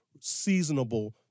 seasonable